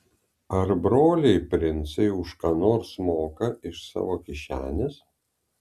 ar broliai princai už ką nors moka iš savo kišenės